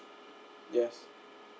yes